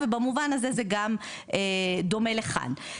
ובמובן הזה זה גם דומה לכאן.